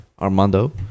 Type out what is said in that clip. Armando